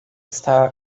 está